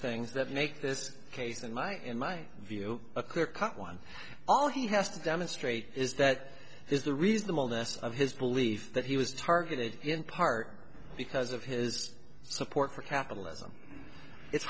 things that make this case and might in my view a clear cut one all he has to demonstrate is that is the reasonableness of his belief that he was targeted in part because of his support for capitalism it's